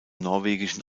norwegischen